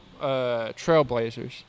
trailblazers